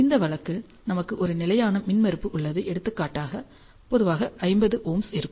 இந்த வழக்கில் நமக்கு ஒரு நிலையான மின்மறுப்பு உள்ளது எடுத்துக்காட்டாக பொதுவாக 50Ω இருக்கும்